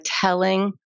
telling